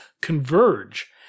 converge